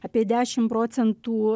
apie dešim procentų